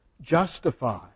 Justify